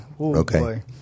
Okay